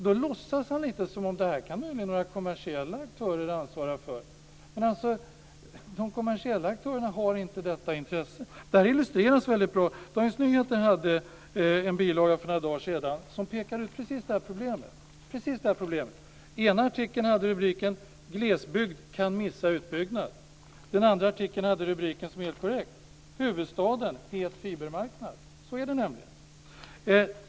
Då låtsas han som om detta är någonting som möjligen några kommersiella aktörer kan ta ansvar för. Men de kommersiella aktörerna har inte detta intresse. Detta illustrerades väldigt bra i Dagens Nyheter i en bilaga för några dagar sedan, där man pekade ut precis detta problem. Den ena artikeln hade rubriken Glesbygd kan missa utbyggnad. Den andra artikeln hade rubriken, som är helt korrekt, Huvudstaden het fibermarknad. Så är det nämligen.